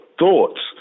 thoughts